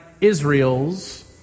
Israel's